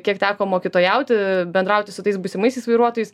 kiek teko mokytojauti bendrauti su tais būsimaisiais vairuotojais